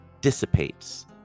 dissipates